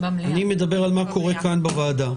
אני מדבר על מה שקורה כאן בוועדה.